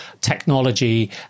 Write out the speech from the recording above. technology